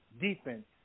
defense